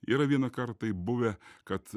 yra vienąkart taip buvę kad